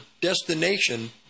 destination